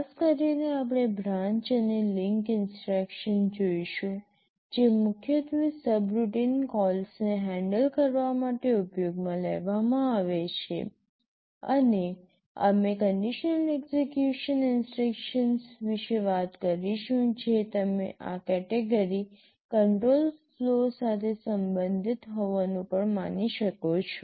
ખાસ કરીને આપણે બ્રાન્ચ અને લિન્ક ઇન્સટ્રક્શન જોઈશું જે મુખ્યત્વે સબરૂટીન કોલ્સને હેન્ડલ કરવા માટે ઉપયોગમાં લેવામાં આવે છે અને અમે કન્ડિશનલ એક્સેકયુશન ઇન્સટ્રક્શન વિશે વાત કરીશું જે તમે આ કેટેગરી કંટ્રોલ ફ્લો સાથે સંબંધિત હોવાનું પણ માની શકો છો